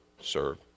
serve